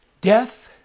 Death